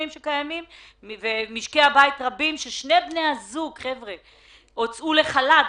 ויש משקי בית רבים ששני בני הזוג הוצאו לחל"ת.